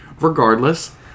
regardless